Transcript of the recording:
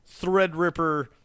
Threadripper